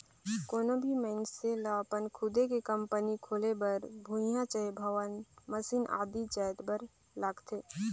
कोनो भी मइनसे लअपन खुदे के कंपनी खोले बर भुंइयां चहे भवन, मसीन आदि जाएत बर लागथे